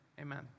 amen